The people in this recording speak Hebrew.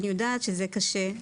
אני יודעת שזה קשה,